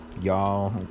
y'all